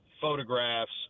photographs